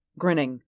Grinning